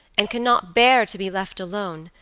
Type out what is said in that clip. and could not bear to be left alone,